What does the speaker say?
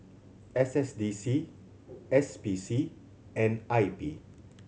S S D C S P C and I P